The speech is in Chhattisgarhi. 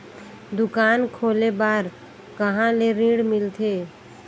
दुकान खोले बार कहा ले ऋण मिलथे?